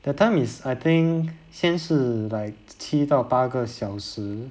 that time is I think 先是 like 七到八个小时